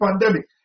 pandemic